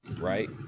right